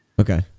Okay